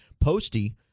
Posty